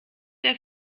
der